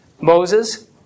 Moses